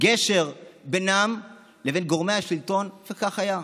גשר בינם לבין גורמי השלטון, וכך היה.